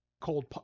cold